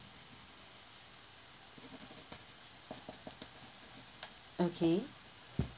okay